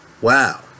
wow